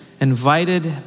invited